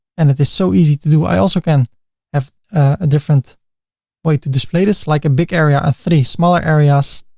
and it is so easy to do. i also can have a different way to display this, like a big area of three, smaller areas